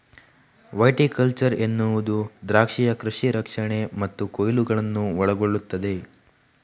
viticulture ಎನ್ನುವುದು ದ್ರಾಕ್ಷಿಯ ಕೃಷಿ ರಕ್ಷಣೆ ಮತ್ತು ಕೊಯ್ಲುಗಳನ್ನು ಒಳಗೊಳ್ಳುತ್ತದೆ